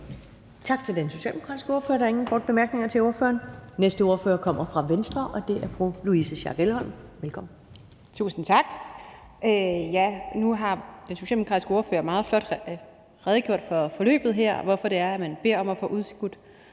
Tak til den socialdemokratiske ordfører. Der er ingen korte bemærkninger til ordføreren. Næste ordfører kommer fra Venstre, og det er fru Louise Schack Elholm. Velkommen. Kl. 14:07 (Ordfører) Louise Schack Elholm (V): Tusind tak. Nu har den socialdemokratiske ordfører meget flot redegjort for forløbet her, og hvorfor det er, man beder om at få udskudt